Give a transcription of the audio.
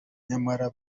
nyamara